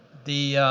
the